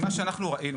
ממה שאנחנו ראינו,